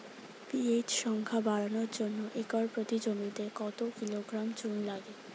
PH সংখ্যা বাড়ানোর জন্য একর প্রতি জমিতে কত কিলোগ্রাম চুন লাগে?